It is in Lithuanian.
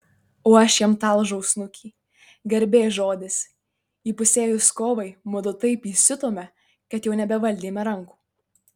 o aš jam talžau snukį garbės žodis įpusėjus kovai mudu taip įsiutome kad jau nebevaldėme rankų